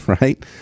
right